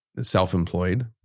self-employed